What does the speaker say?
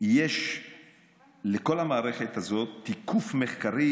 יש לכל המערכת הזו תיקוף מחקרי.